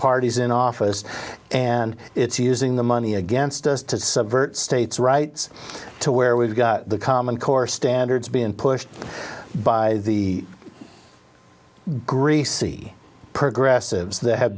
parties in office and it's using the money against us to subvert states rights to where we've got the common core standards being pushed by the greasy progressives they have